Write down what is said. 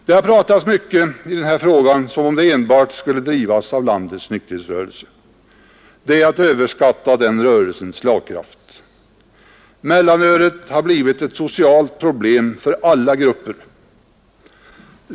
Det har pratats i denna fråga som om den enbart skulle drivas av landets nykterhetsrörelse. Det är att överskatta denna rörelses slagkraft. Mellanölet har blivit ett socialt problem för alla grupper.